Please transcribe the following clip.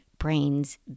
brain's